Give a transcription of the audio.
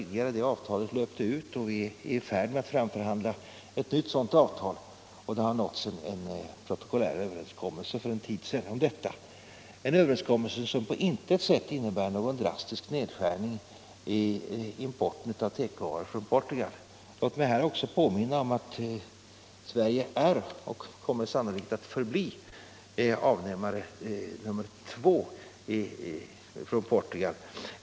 Det avtalet har löpt ut, och vi är i färd med att förhandla fram ett nytt sådant. Dei har också för en tid sedan nåtts en protokollär överenskommelse om detta, som på intet sätt innebär någon drastisk nedskärning i importen av tekovaror från Portugal. Låt mig här också påminna om att Sverige är och sannolikt också kommer att förbli Portugals avnämare nummer två på detta område.